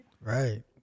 Right